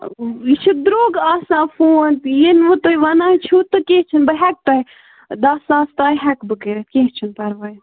یہِ چھُ درٛۅگ آسان فون ییٚلہِ وۅنۍ تُہۍ ونان چھُو تہٕ کیٚنٛہہ چھُنہٕ بہٕ ہیٚکہٕ تۅہہِ دَہ ساس تانۍ ہیٚکہٕ بہٕ کٔرِتھ کیٚنٛہہ چھُنہٕ پَروٲے